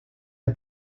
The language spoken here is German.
der